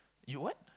you what